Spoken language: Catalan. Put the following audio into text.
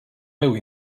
meu